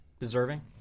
Deserving